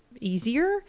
easier